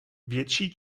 větší